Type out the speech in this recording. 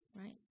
right